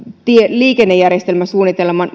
liikennejärjestelmäsuunnitelman